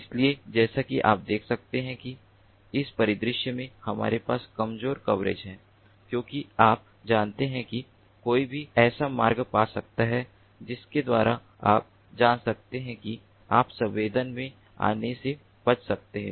इसलिए जैसा कि आप देख सकते हैं कि इस परिदृश्य में हमारे पास कमजोर कवरेज है क्योंकि आप जानते हैं कि कोई भी ऐसा मार्ग पा सकता है जिसके द्वारा आप जान सकते हैं कि आप संवेदन में आने से बच सकते हैं